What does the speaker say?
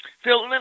Phil